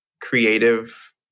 creative